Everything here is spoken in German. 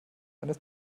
eine